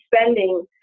spending